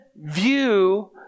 view